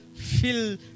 fill